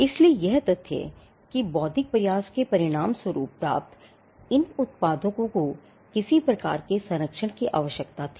इसलिए यह तथ्य कि बौद्धिक प्रयास के परिणाम स्वरूप प्राप्त इन उत्पादों को किसी प्रकार के संरक्षण की आवश्यकता थी